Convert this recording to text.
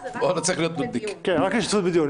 זה רק לא לצורך הצבעה, זה רק להשתתפות בדיון.